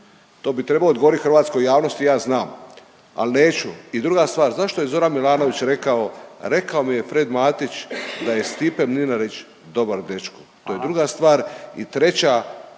To bi trebao odgovorit hrvatskoj javnosti, ja znam, al neću. I druga stvar, zašto je Zoran Milanović rekao, rekao mi je Fred Matić da je Stipe Mlinarić dobar dečko? …/Upadica Radin: Hvala./….